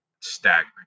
staggering